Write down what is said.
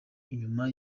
inyuma